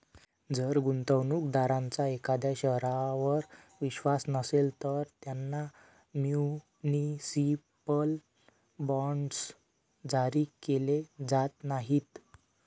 जर गुंतवणूक दारांचा एखाद्या शहरावर विश्वास नसेल, तर त्यांना म्युनिसिपल बॉण्ड्स जारी केले जात नाहीत